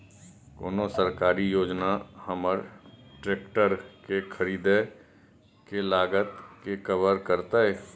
कोन सरकारी योजना हमर ट्रेकटर के खरीदय के लागत के कवर करतय?